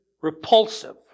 repulsive